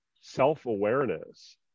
self-awareness